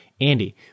Andy